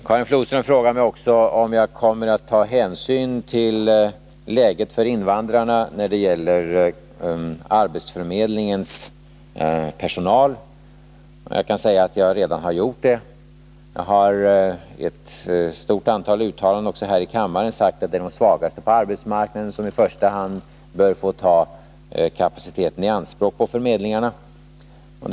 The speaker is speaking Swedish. Karin Flodström frågar mig också om jag kommer att ta hänsyn till läget för invandrarna när det gäller arbetsförmedlingens personal. Jag kan säga att jag redan har gjort det. Jag har gjort ett stort antal uttalanden också här i kammaren, och jag har då sagt att det är de svagaste på arbetsmarknaden som i första hand bör få ta kapaciteten på förmedlingarna i anspråk.